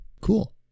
Cool